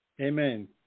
Amen